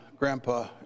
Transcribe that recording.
grandpa